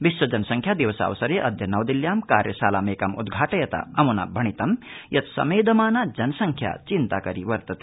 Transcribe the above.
विश्व जनसंख्या दिवसावसरे अद्य नवदिल्ल्यां कार्यशालामेकाम्द्घाटयता अम्ना भणितं यत् समेधमाना जनसंख्या चिन्ताकरी वर्तते